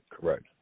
Correct